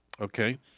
Okay